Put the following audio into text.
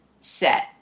set